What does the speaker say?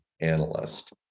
analyst